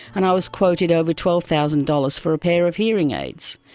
and i was quoted over twelve thousand dollars for a pair of hearing aids.